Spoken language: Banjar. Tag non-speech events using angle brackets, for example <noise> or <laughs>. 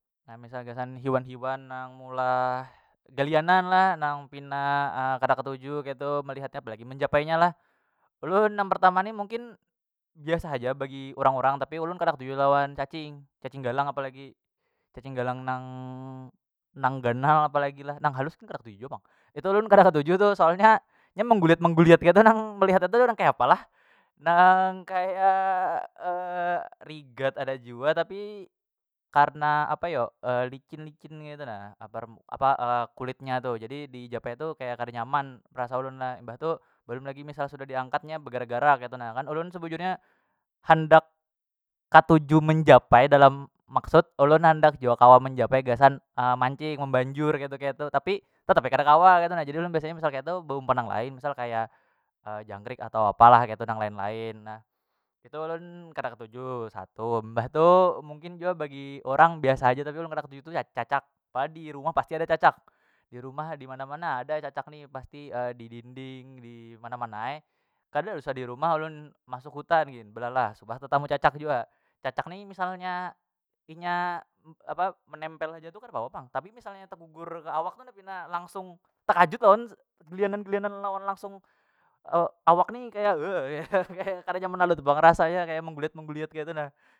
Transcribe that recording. Nah misal gasan hiwan- hiwan nang meulah galianan lah nang pina <hesitation> kada ketuju ketu melihatnya apalagi menjapainya lah, ulun nang pertama ni mungkin biasa haja bagi orang- orang tapi ulun kada ketuju lawan cacing, cacing galang apalagi cacing galang nang- nang ganal apalagi lah nang halus gin kada ketuju pang itu ulun kada ketuju tu soalnya inya menggulat mengguliat ketu nang melihat nang tu kaya apa lah nang kaya <hesitation> rigat ada jua tapi karna apa yo <hesitation> licin- licin ketu na <unintelligible> apa <hesitation> kulitnya tu jadi dijapai tu kaya kada nyaman rasa ulun lah imbah tu balum lagi misal sudah diangkatnya begarak- garak ketu nah kan ulun sebujurnya handak katuju manjapai dalam maksud ulun handak jua kawa menjapai gasan <hesitation> mancing membanjur keitu ketu tapi tetap ai kada kawa ketu nah jadi ulun biasanya misal ketu beumpan yang lain misal kaya <hesitation> jangkrik atau apa lah ketu nang lain- lain nah, itu ulun kada ketuju satu mbah tu mungkin jua bagi orang biasa haja tapi ulun kada ketuju tu ya cacak pa dirumah pasti ada cacak dirumah dimana- mana ada cacak ni pasti <hesitation> didinding dimana- mana ai kada usah dirumah ulun masuk hutan gin belalah suah tetamu cacak jua cacak ni misalnya inya <hesitation> apa menempel haja tu kada papa pang tapi misalnya tegugur ke awak tu nah pina langsung tekajut lawan gelianan- gelianan lawan langsung <hesitation> awak ni kaya <unintelligible> <laughs> kaya kada nyaman lalu tu pang rasanya kaya mengguliat- mengguliat ketu na.